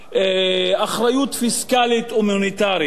אחריות פיסקלית ומוניטרית.